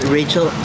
Rachel